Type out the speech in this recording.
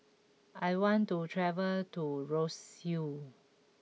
I want to travel to Roseau